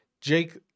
Jake